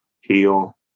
heal